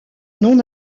non